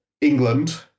England